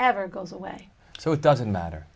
ever goes away so it doesn't matter